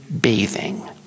bathing